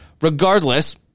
Regardless